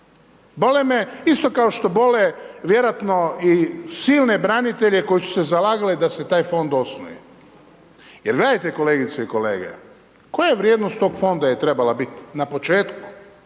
Bole me isto kao što bole vjerojatno i silne branitelje koji su se zalagali da se taj Fond osnuje. Jer gledajte kolegice i kolege, koja je vrijednost tog Fonda je trebala biti na početku?